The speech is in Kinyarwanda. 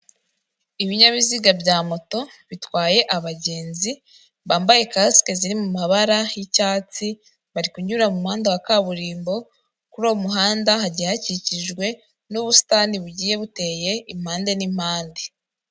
Ibinyabiziga bya moto bitwaye abagenzi bambaye kasike ziri mu mabara y'icyatsi bari kunyura mu muhanda wa kaburimbo, kuri uwo muhanda hagiye hakikijwe n'ubusitani bugiye buteye impande n'impande.